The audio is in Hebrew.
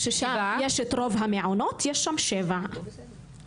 ששם יש את רוב המעונות - יש שם שבעה מעונות.